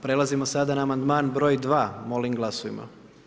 Prelazimo sada na amandman broj 2, molim glasujmo.